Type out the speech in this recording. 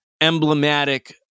emblematic